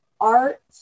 art